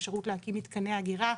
אפשרות להקים מתקני אגירה,